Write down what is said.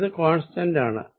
ഇത് കോൺസ്റ്റന്റ് ആണ്